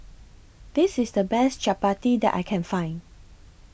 This IS The Best Chapati that I Can Find